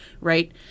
right